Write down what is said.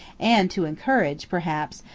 and to encourage, perhaps,